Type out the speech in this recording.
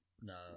No